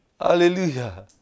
Hallelujah